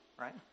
right